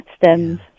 stems